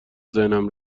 ذهنم